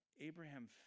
Abraham